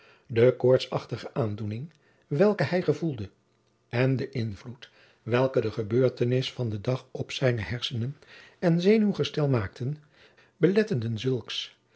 de koortsachtige aandoening welke hij gevoelde en de invloed welken de gebeurtenissen van den dag op zijne herssenen en zenuwgestel maakten beletteden zulks